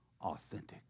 authentic